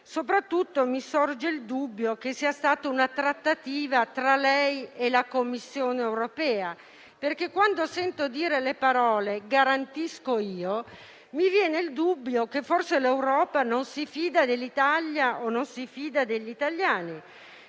Soprattutto mi sorge il dubbio che sia stata una trattativa tra lei e la Commissione europea: infatti, quando sento dire «garantisco io», mi viene il dubbio che forse l'Europa non si fida dell'Italia o non si fida degli italiani.